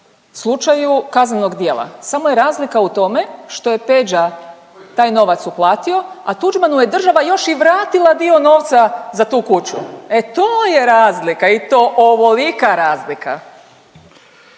slučaju kaznenog djela. Samo je razlika u tome što je Peđa taj novac uplatio, a Tuđmanu je država još i vratila dio novca za tu kuću, e to je razlika i to ovolika razlika.